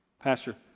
Pastor